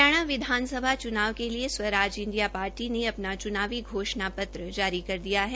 हरियाणा विधानसभा चुनाव के लिए स्वराज इंडिया पार्टी ने अपना चुनावी घोषणा पत्र जारी कर दिया है